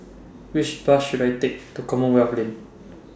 Which Bus should I Take to Commonwealth Lane